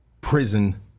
prison